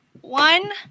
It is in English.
one